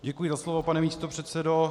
Děkuji za slovo, pane místopředsedo.